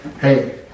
Hey